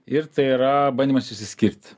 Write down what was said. ir tai yra bandymas išsiskirt